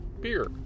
beer